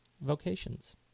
vocations